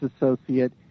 associate